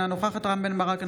אינה נוכחת רם בן ברק,